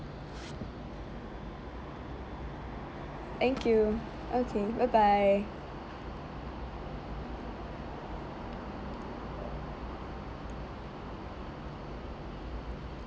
thank you okay bye bye